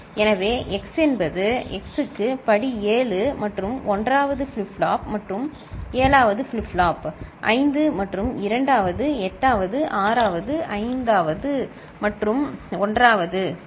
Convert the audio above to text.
எனவே x என்பது x க்கு படி 7 மற்றும் 1 வது ஃபிளிப் ஃப்ளாப் மற்றும் 7 வது ஃபிளிப் ஃப்ளாப் 5 மற்றும் 2வது 8 வது 6 வது 5 வது மற்றும் 1 வது சரி